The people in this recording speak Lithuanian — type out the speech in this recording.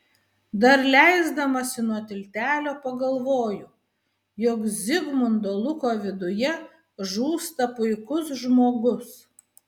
dar leisdamasi nuo tiltelio pagalvoju jog zigmundo luko viduje žūsta puikus žmogus